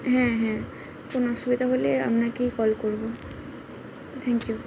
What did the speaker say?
হ্যাঁ হ্যাঁ কোন অসুবিধা হলে আপনাকেই কল করবো থ্যাংক ইউ